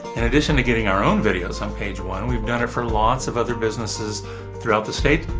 in addition to getting our own videos on page one, we've done it for lots of other businesses throughout the state,